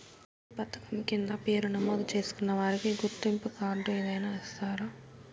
ఈ పథకం కింద పేరు నమోదు చేసుకున్న వారికి గుర్తింపు కార్డు ఏదైనా ఇస్తారా?